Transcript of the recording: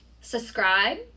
subscribe